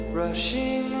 rushing